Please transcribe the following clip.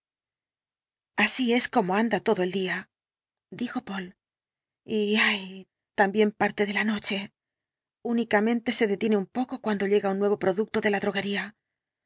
así es como anda todo el día dijo poole y ay también parte de la noche tínicamente se detiene un poco cuando llega un nuevo producto de la droguería